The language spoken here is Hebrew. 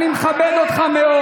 אני מכבד אתכם מאוד.